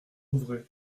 ouvrez